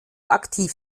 aktiv